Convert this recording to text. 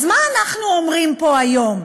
אז מה אנחנו אומרים פה היום?